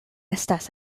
estas